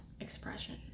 expression